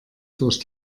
durch